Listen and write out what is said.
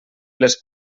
les